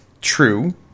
True